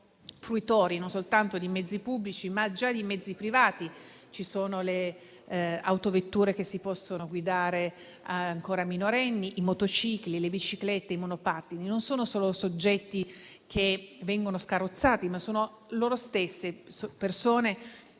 non soltanto di mezzi pubblici, ma già di mezzi privati: ci sono le autovetture che si possono guidare da minorenni, i motocicli, le biciclette e i monopattini. Non sono solo soggetti che vengono scarrozzati, ma sono loro stesse persone